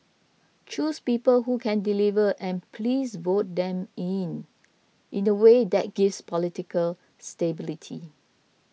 choose people who can deliver and please vote them in in a way that gives political stability